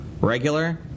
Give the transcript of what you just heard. regular